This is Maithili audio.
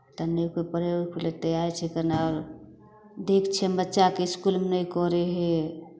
तनिको पढ़ाइ लेल तैआर छै केनाहुओ देख क्षेम बच्चाकेँ इसकुलमे नहि करै हइ